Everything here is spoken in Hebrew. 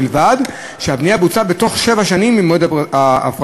ובלבד שהבנייה בוצעה בתוך שבע שנים ממועד ההפרטה.